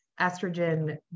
estrogen